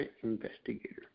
Investigator